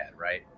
right